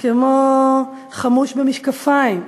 כמו "חמוש במשקפיים",